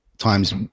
times